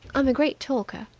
i'm a great talker.